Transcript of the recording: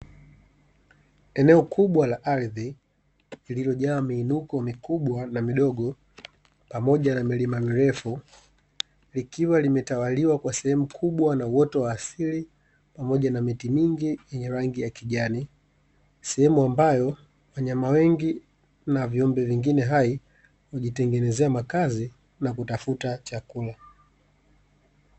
Eneo kubwa la ardhi lililojaa miinuko mikubwa na midogo pamoja na milima mirefu, likiwa limetawaliwa kwa sehemu kubwa na uoto wa asili pamoja na miti mingi yenye rangi ya kijani. Sehemu ambayo wanyama wengi na viumbe vingine hai hujitengenezea makazi na kutafuta chakula.